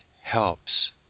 helps